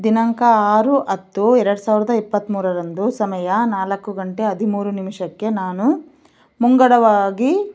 ದಿನಾಂಕ ಆರು ಹತ್ತು ಎರಡು ಸಾವಿರದ ಇಪ್ಪತ್ತ್ಮೂರರಂದು ಸಮಯ ನಾಲ್ಕು ಗಂಟೆ ಹದಿಮೂರು ನಿಮಿಷಕ್ಕೆ ನಾನು ಮುಂಗಡವಾಗಿ